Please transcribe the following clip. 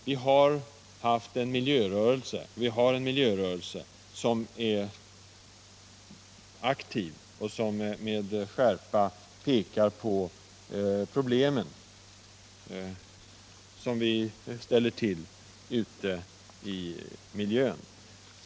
Vi har haft och har en miljörörelse som är aktiv Nr 28 och som med skärpa pekar på problemen som vi ställer till ute i den Onsdagen den omgivande miljön.